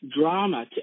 drama